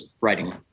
writing